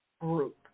Group